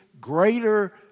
greater